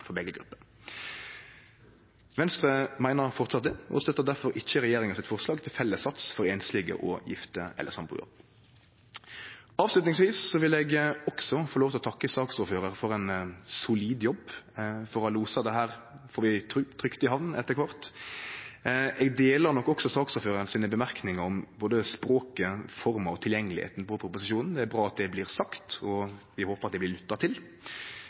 for begge grupper. Venstre meiner framleis det og støttar derfor ikkje regjeringas forslag til felles sats for einslege og gifte/sambuarar. Avslutningsvis vil eg også få lov til å takke saksordføraren for ein solid jobb, for å ha losa dette trygt i hamn etter kvart. Eg deler nok også saksordføraren si merknad om språket, forma og tilgjengelegheita til proposisjonen. Det er bra at det vert sagt, og vi håpar det blir lytta til.